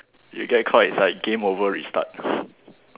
you get caught is like game over restart